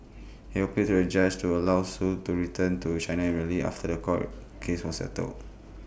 he appealed to the judge to allow Sui to return to China immediately after The Court case was settled